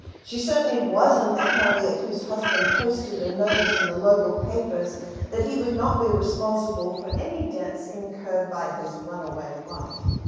she wasn't the harriet whose husband posted a notice in the local papers that he would not be responsible for any debts incurred by his run-away wife.